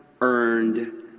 earned